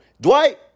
Dwight